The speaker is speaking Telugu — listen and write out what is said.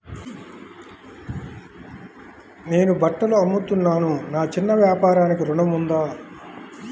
నేను బట్టలు అమ్ముతున్నాను, నా చిన్న వ్యాపారానికి ఋణం ఉందా?